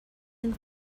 and